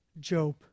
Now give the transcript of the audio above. Job